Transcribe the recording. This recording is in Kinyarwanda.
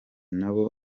nabo